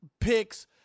picks